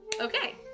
Okay